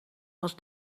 was